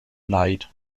leid